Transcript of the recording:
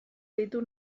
ditu